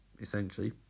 essentially